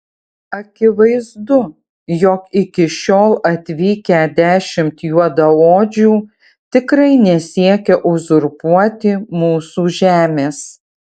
akivaizdu jog iki šiol atvykę dešimt juodaodžių tikrai nesiekia uzurpuoti mūsų žemės